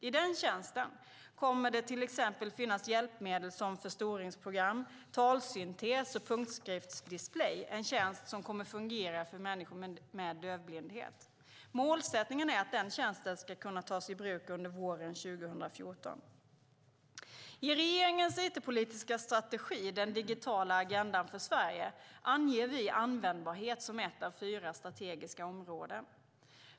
I den tjänsten kommer det till exempel att finnas hjälpmedel som förstoringsprogram, talsyntes och punktskriftsdisplay, en tjänst som kommer att fungera för människor med dövblindhet. Målsättningen är att den tjänsten ska kunna tas i bruk under våren 2014. I regeringens it-politiska strategi, den digitala agendan för Sverige, anger vi användbarhet som ett av fyra strategiska områden.